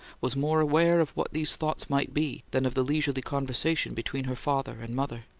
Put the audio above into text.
was more aware of what these thoughts might be than of the leisurely conversation between her father and mother.